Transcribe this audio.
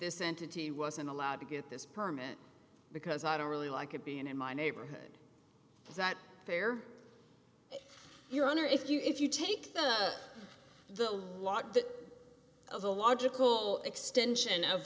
this entity wasn't allowed to get this permit because i don't really like it being in my neighborhood that fair your honor if you if you take the lot that a logical extension of